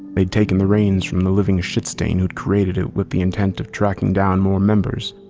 they'd taken the reigns from the living shit stain who'd created it with the intent of tracking down more members.